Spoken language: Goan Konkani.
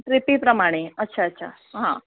ट्रिपी प्रमाणें अच्छा अच्छा हा